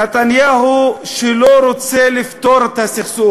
נתניהו לא רוצה לפתור את הסכסוך,